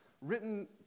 written